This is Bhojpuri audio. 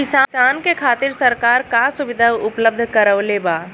किसान के खातिर सरकार का सुविधा उपलब्ध करवले बा?